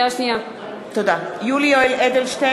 (קוראת בשמות חברי הכנסת) יולי יואל אדלשטיין,